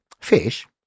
fish